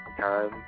time